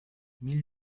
mille